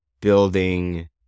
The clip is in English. building